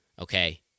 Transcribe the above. Okay